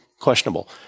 questionable